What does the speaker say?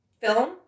film